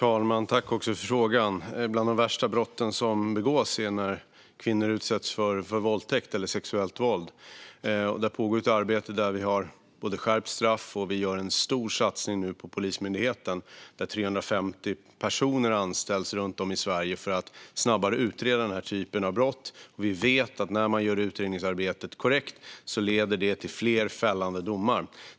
Herr talman! Bland de värsta brott som begås är när kvinnor utsätts för våldtäkt eller sexuellt våld. Det pågår ett arbete där vi har skärpt straff. Vi gör nu också en stor satsning på Polismyndigheten, där 350 personer anställs runt om i Sverige för att snabbare utreda den här typen av brott. Vi vet att när man gör utredningsarbetet korrekt leder det till fler fällande domar.